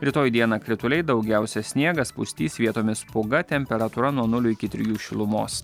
rytoj dieną krituliai daugiausia sniegas pustys vietomis pūga temperatūra nuo nulio iki trijų šilumos